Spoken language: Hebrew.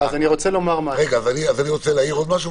אז אני רוצה להעיר עוד משהו,